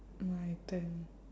my turn